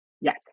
Yes